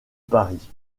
paris